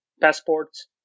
passports